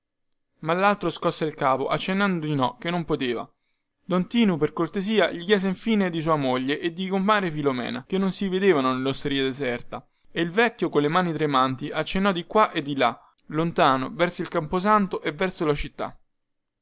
ma laltro scosse il capo accennando di no che non poteva don tinu per cortesia gli chiese infine di sua moglie e di comare filomena che non si vedevano nellosteria deserta e il vecchio colle mani tremanti accennò di qua e di là lontano verso il camposanto e verso la città